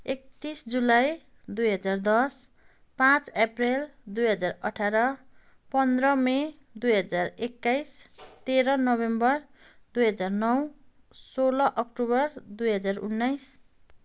एकतिस जुलाई दुई हजार दस पाँच एप्रिल दुई हजार अठार पन्ध्र मे दुई हजार एक्काइस तेह्र नोभेम्बर दुई हजार नौ सोह्र अक्टोबर दुई हजार उन्नाइस